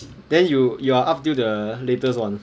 then you you are up till the latest [one]